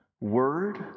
Word